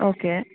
okay